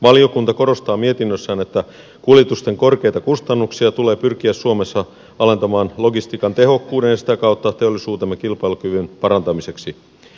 valiokunta korostaa mietinnössään että kuljetusten korkeita kustannuksia tulee pyrkiä suomessa alentamaan logistiikan tehokkuuden ja sitä kautta teollisuutemme kilpailukyvyn parantamiseksi